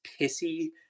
pissy